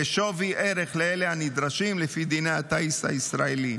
כשווי ערך לאלה הנדרשים לפי דיני הטיס הישראליים,